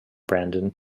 brandon